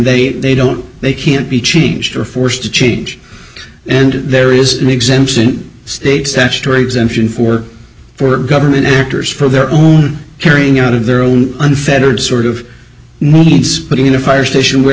they they don't they can't be changed or forced to change and there is an exemption state statutory exemption for for government actors for their own carrying out of their own unfettered sort of moments putting in a fire station where